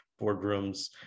boardrooms